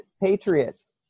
patriots